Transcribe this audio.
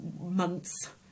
months